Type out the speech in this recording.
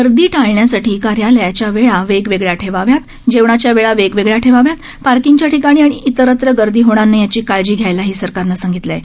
गर्दी टाळण्यासाठी कार्यालयाच्या वेळा वेगवेगळ्या ठेवाव्या जेवणाच्या वेळा वेगवेगळ्या ठेवाव्या पार्किंगच्या ठिकाणी आणि इतरत्र गर्दी होणार नाही याची काळजी घ्यायलाही सरकारने सांगितलं आहे